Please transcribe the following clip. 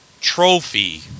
trophy